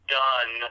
done